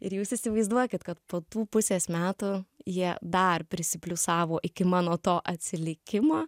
ir jūs įsivaizduokit kad po tų pusės metų jie dar prisipliusavo iki mano to atsilikimo